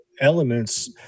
elements